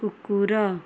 କୁକୁର